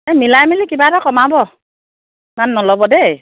এই মিলাই মেলি কিবা এটা কমাব ইমান নল'ব দেই